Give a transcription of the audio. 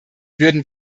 würden